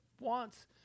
wants